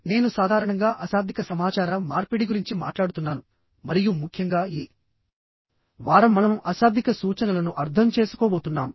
నేను సాధారణంగా అశాబ్దిక సమాచార మార్పిడి గురించి మాట్లాడుతున్నాను మరియు ముఖ్యంగా ఈ వారం మనం అశాబ్దిక సూచనలను అర్థం చేసుకోబోతున్నాం